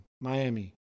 Miami